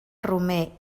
romer